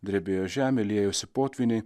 drebėjo žemė liejosi potvyniai